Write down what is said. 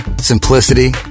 simplicity